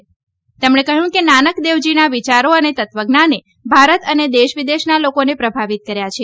પ્રધાનમંત્રીએ કહયું કે નાનક દેવજીના વિયારો અને તત્વજ્ઞાને ભારત અને દેશ વિદેશના લોકોને પ્રભાવીત કર્યા છે